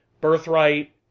Birthright